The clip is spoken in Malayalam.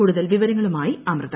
കൂടുതൽ വിവരങ്ങളുമായി അമൃത്